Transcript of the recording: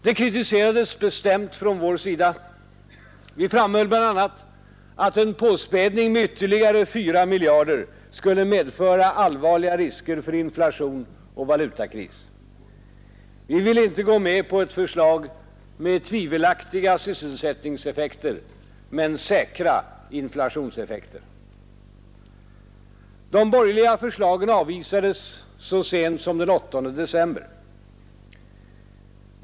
Det kritiserades bestämt från vår sida. Jag framhöll bl.a. att en påspädning med ytterligare 4 miljarder skulle medföra allvarliga risker för inflation och valutakris. Vi ville inte gå med på ett förslag med tvivelaktiga sysselsättningseffekter men säkra inflationseffekter. De borgerliga förslagen avvisades så sent som den 8 december.